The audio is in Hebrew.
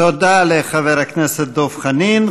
תודה לחבר הכנסת דב חנין.